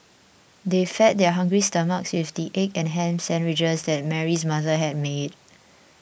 they fed their hungry stomachs with the egg and ham sandwiches that Mary's mother had made